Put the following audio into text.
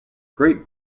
great